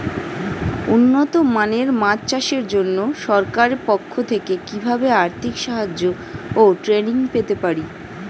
উন্নত মানের মাছ চাষের জন্য সরকার পক্ষ থেকে কিভাবে আর্থিক সাহায্য ও ট্রেনিং পেতে পারি?